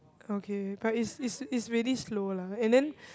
okay but is is is really slow lah and then